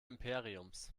imperiums